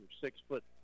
six-foot